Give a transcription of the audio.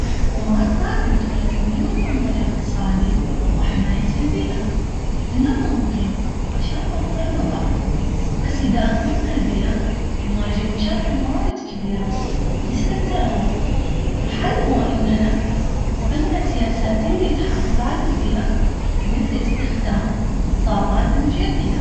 الحكومات لازم توازن بين النمو الاقتصادي وحماية البيئة النمو مهم عشان يوفر وظائف بس اذا اهملنا البيئة بنواجه مشاكل وايد كبيرة مثل التروث الحل هو اننا نتبنى سياسات اللي تحافظ على البيئة مثل استخدام الطاقات المتجددة